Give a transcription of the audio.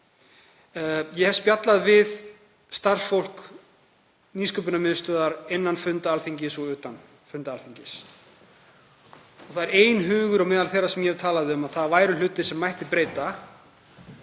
Ég hef spjallað við starfsfólk Nýsköpunarmiðstöðvar innan og utan funda Alþingis. Það er einhugur meðal þeirra sem ég hef talað um að það væru hlutir sem mætti breyta.